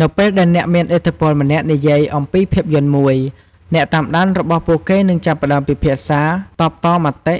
នៅពេលដែលអ្នកមានឥទ្ធិពលម្នាក់និយាយអំពីភាពយន្តមួយ អ្នកតាមដានរបស់ពួកគេនឹងចាប់ផ្ដើមពិភាក្សា តបតមតិ